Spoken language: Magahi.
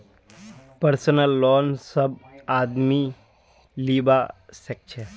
पर्सनल लोन सब आदमी लीबा सखछे